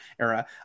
era